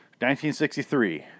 1963